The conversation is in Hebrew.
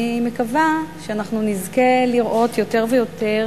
אני מקווה שאנחנו נזכה לראות יותר ויותר